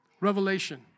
Revelation